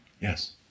Yes